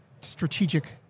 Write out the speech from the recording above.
strategic